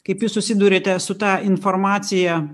kaip jūs susiduriate su ta informacija